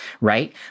right